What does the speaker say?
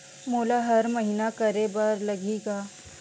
मोला हर महीना करे बर लगही का?